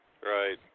right